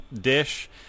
dish